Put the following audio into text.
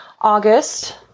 August